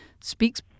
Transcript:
speaks